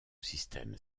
système